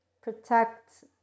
protect